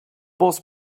boss